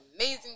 amazing